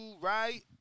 right